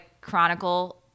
chronicle